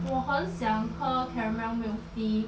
我很想喝 caramel milk tea